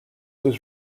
was